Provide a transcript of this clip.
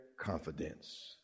confidence